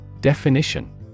Definition